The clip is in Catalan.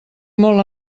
molt